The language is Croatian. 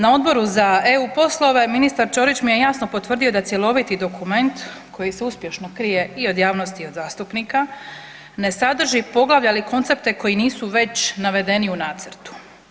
Na Odboru za EU poslove ministar Ćorić mi je jasno potvrdio da cjeloviti dokument koji se uspješno krije i od javnosti i od zastupnika ne sadrži poglavlja ili koncepte koji nisu već navedeni u nacrtu.